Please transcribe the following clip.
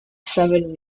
seven